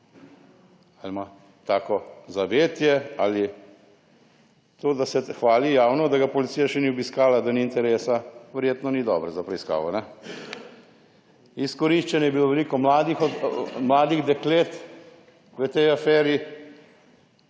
ali ima tako zavetje ali… To, da se javno hvali, da ga policija še ni obiskala, da ni interesa, verjetno ni dobro za preiskavo, kajne. Izkoriščanih je bilo veliko mladih deklet v tej aferi,